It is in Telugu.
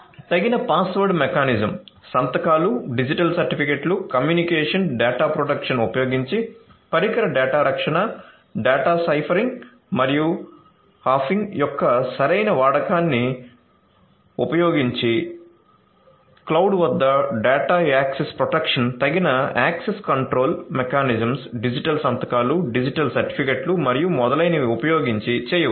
తగిన పాస్వర్డ్ మెకానిజం సంతకాలు డిజిటల్ సర్టిఫికెట్లు కమ్యూనికేషన్ డేటా ప్రొటెక్షన్ ఉపయోగించి పరికర డేటా రక్షణ డేటా సైఫరింగ్ మరియుహాషింగ్ యొక్క సరైన వాడకాన్ని ఉపయోగించి క్లౌడ్ వద్ద డేటా యాక్సెస్ ప్రొటెక్షన్ తగిన యాక్సెస్ కంట్రోల్ మెకానిజమ్స్ డిజిటల్ సంతకాలు డిజిటల్ సర్టిఫికెట్లు మరియు మొదలైనవి ఉపయోగించి చేయవచ్చు